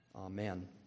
Amen